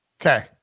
okay